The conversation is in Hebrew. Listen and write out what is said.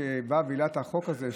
שבא והעלה את החוק הזה,